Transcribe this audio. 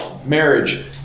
Marriage